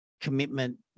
commitment